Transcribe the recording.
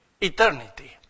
eternity